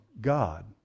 God